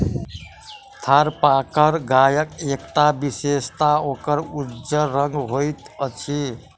थारपारकर गायक एकटा विशेषता ओकर उज्जर रंग होइत अछि